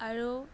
আৰু